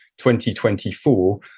2024